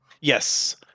Yes